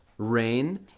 Rain